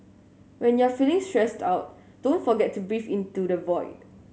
when you are feeling stressed out don't forget to breathe into the void